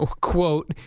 Quote